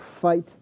fight